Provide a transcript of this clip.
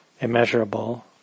immeasurable